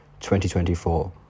2024